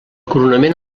coronament